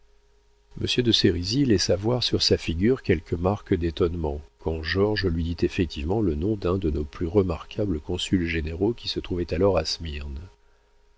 monsieur de sérisy laissa voir sur sa figure quelques marques d'étonnement quand georges lui dit effectivement le nom d'un de nos plus remarquables consuls généraux qui se trouvait alors à smyrne